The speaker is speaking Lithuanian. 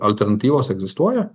alternatyvos egzistuoja